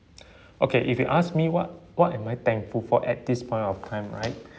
okay if you asked me what what my I thankful for at this point of time right